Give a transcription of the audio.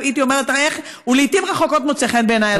הייתי אומרת שהוא לעיתים רחוקות מוצא חן בעיניי,